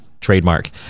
trademark